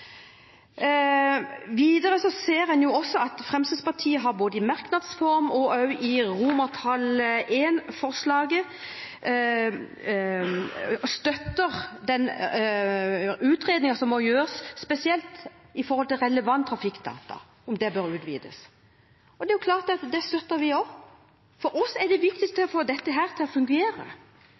Videre ser en også at Fremskrittspartiet både i merknads form og i forslaget til I støtter den utredningen som må gjøres, spesielt når det gjelder relevante trafikkdata, om det bør utvides, og det er klart at det støtter vi. For oss er det viktigste å få dette til å fungere,